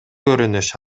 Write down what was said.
көрүнүш